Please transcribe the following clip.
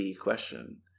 question